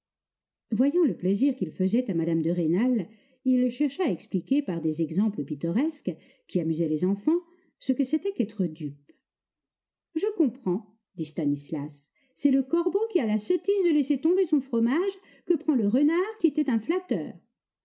voyant le plaisir qu'il faisait à mme de rênal il chercha à expliquer par des exemples pittoresques qui amusaient les enfants ce que c'était qu'être dupe je comprends dit stanislas c'est le corbeau qui a la sottise de laisser tomber son fromage que prend le renard qui était un flatteur